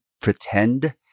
pretend